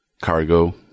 cargo